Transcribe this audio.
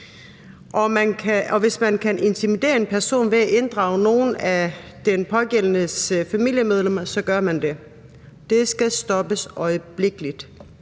og hvis man kan intimidere en person ved at inddrage nogle af den pågældendes familiemedlemmer, så gør man det. Det skal stoppes øjeblikkeligt.